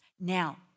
Now